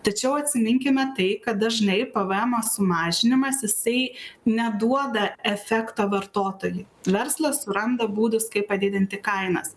tačiau atsiminkime tai kad dažnai pvmo sumažinimas jisai neduoda efekto vartotojui verslas suranda būdus kaip padidinti kainas